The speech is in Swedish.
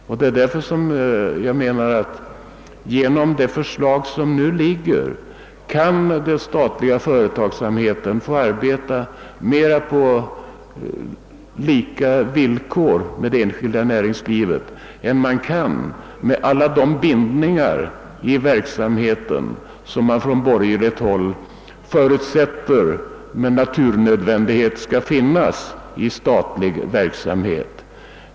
Jag menar att den statliga företagsamheten genom det förslag som nu föreligger kan få bättre möjligheter att arbeta på samma villkor som det enskilda näringslivet än vad som skulle bli fallet med alla de bindningar i den statliga verksamheten som enligt de borgerligas uppfattning med <naturnödvändighet skall finnas i sådan verksamhet.